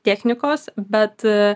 technikos bet